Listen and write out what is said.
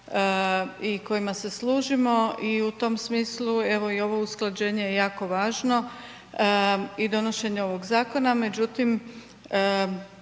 i kojima se služimo i u tom smislu evo i ovo usklađenje je jako važno i donošenje ovog zakona, međutim